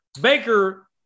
Baker